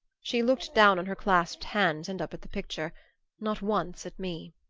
she looked down on her clasped hands and up at the picture not once at me.